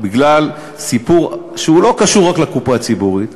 בגלל סיפור שלא קשור רק לקופה הציבורית,